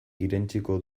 irentsiko